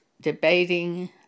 debating